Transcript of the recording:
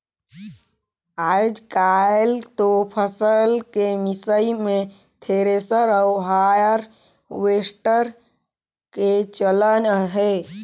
आयज कायल तो फसल के मिसई मे थेरेसर अउ हारवेस्टर के चलन हे